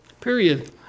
period